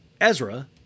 Ezra